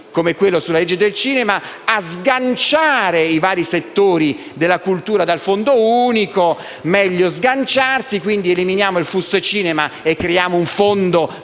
come la legge sul cinema, a sganciare i vari settori della cultura dal Fondo unico? Meglio sganciarsi, quindi eliminare il FUS cinema e creare un fondo